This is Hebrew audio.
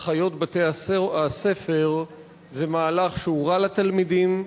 אחיות בתי-הספר זה מהלך שהוא רע לתלמידים,